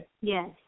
Yes